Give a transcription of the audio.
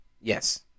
Yes